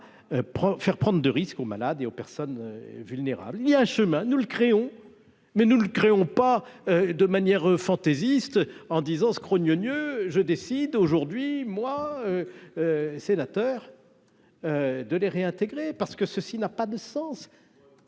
faire prendre de risques aux malades et aux personnes vulnérables, il y a un chemin, nous le créons mais nous ne créons pas de manière fantaisiste en disant scrogneugneu je décide aujourd'hui, moi, sénateur de les réintégrer parce que ceux-ci n'a pas de sens,